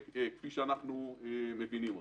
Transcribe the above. כפי שאנחנו מבינים אותו.